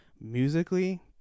Musically